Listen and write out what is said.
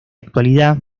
actualidad